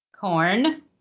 Corn